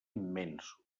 immensos